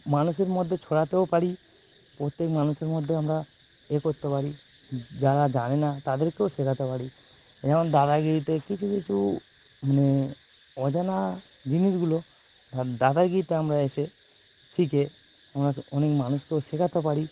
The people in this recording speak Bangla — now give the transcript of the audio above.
মানুষের মধ্যে ছড়াতেও পারি প্রত্যেক মানুষের মধ্যে আমরা এ করতে পারি যারা জানে না তাদেরকেও শেখাতে পারি যেমন দাদাগিরিতে কিছু কিছু মানে অজানা জিনিসগুলো দাদাগিরিতে আমরা এসে শিখে আমরা অনেক মানুষকেও শেখাতে পারি